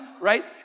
right